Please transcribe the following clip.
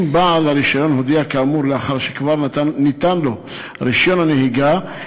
אם בעל הרישיון הודיע כאמור לאחר שכבר ניתן לו רישיון הנהיגה,